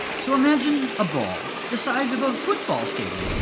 so imagine a ball the size of a football stadium,